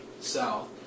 south